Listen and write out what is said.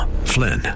Flynn